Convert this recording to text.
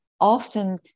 often